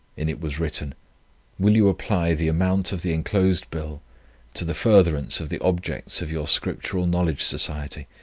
in it was written will you apply the amount of the enclosed bill to the furtherance of the objects of your scriptural knowledge society,